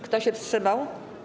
Kto się wstrzymał?